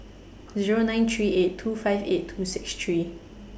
Zero nine three eight two five eight two six three